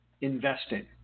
investing